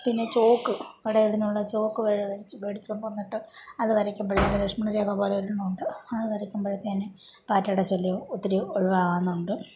പിന്നെ ചോക്ക് അവിടെ ഇവിടെനിന്നുള്ള ചോക്ക് മേടിച്ച് മേടിച്ചുകൊണ്ട് വന്നിട്ട് അത് വരയ്ക്കുമ്പോൾ നമ്മളെ ലക്ഷ്മണ രേഖ പോലെ ഒരെണ്ണമുണ്ട് അത് വരയ്ക്കുമ്പോഴത്തേക്ക് പാറ്റയുടെ ശല്യം ഒത്തിരി ഒഴിവാകാനുണ്ട്